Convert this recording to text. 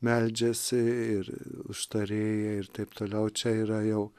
meldžiasi ir užtarėjai ir taip toliau čia yra jau